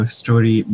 story